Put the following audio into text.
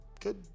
good